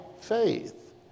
faith